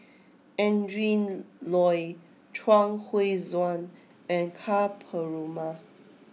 Adrin Loi Chuang Hui Tsuan and Ka Perumal